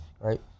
Right